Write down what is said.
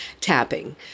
tapping